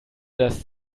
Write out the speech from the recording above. das